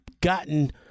gotten